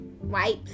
wipes